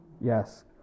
Yes